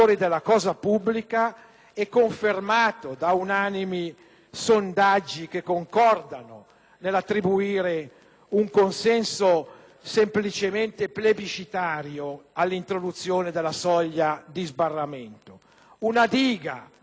nell'attribuire un consenso semplicemente plebiscitario all'introduzione della soglia di sbarramento. Si tratta di una diga che peraltro detta le regole del pluralismo nei maggiori Paesi europei.